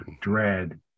dread